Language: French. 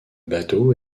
bateau